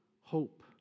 hope